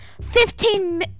fifteen